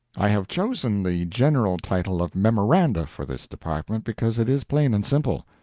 i have chosen the general title of memoranda for this department because it is plain and simple,